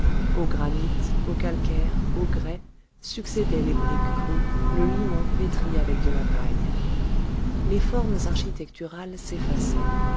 au granit au calcaire au grès succédaient les briques crues le limon pétri avec de la paille les formes architecturales